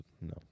No